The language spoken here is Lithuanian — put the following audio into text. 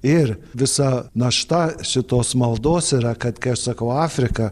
ir visa našta šitos maldos yra kad kai aš sakau afrika